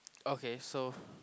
okay so